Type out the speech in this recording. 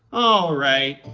oh, right,